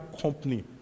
company